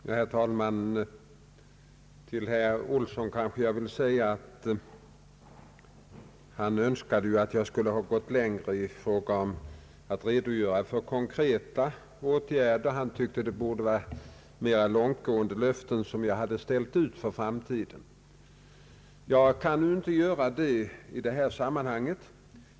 Herr talman! Herr Johan Olsson önskade att jag skulle ha gått längre i fråga om att redogöra för konkreta åtgärder. Han tyckte att jag borde ha givit mer långtgående löften för framtiden. Jag kan inte göra det i detta sammanhang.